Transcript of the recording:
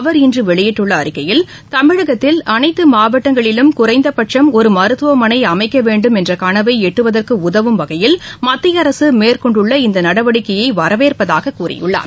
அவர் இன்று வெளியிட்டுள்ள அறிக்கையில் தமிழகத்தில் அனைத்து மாவட்டங்களிலும் குறைந்தபட்சம் ஒரு மருத்துவமனை அமைக்க வேண்டும் என்ற களவை எட்டுவதற்கு உதவும் வகையில் மத்திய அரசு மேற்கொண்டுள்ள இந்த நடவடிக்கையை வரவேற்பதாக கூறியுள்ளார்